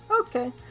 Okay